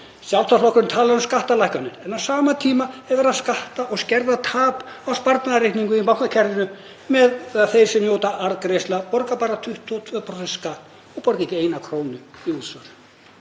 Sjálfstæðisflokkurinn talar um skattalækkanir en á sama tíma er verið að skatta og skerða tap á sparnaðarreikningum í bankakerfinu á meðan þeir sem njóta arðgreiðslna borga bara 22% skatt og borga ekki eina krónu í útsvar.